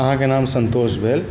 अहाँके नाम सन्तोष भेल